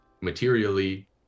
materially